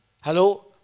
Hello